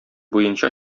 буенча